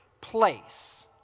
place